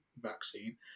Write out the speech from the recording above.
vaccine